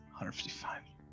155